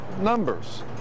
numbers